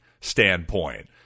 standpoint